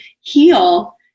heal